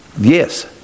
Yes